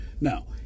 Now